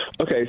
Okay